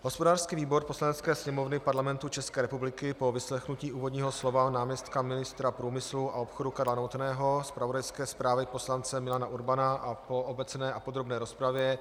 Hospodářský výbor Poslanecké sněmovny Parlamentu České republiky po vyslechnutí úvodního slova náměstka ministra průmyslu a obchodu Karla Novotného, zpravodajské zprávě poslance Milana Urbana a po obecné a podrobné rozpravě